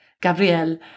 Gabriel